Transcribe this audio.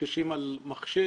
שמקשקשים על מחשב.